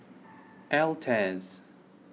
Altez